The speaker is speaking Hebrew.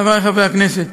חברי חברי הכנסת,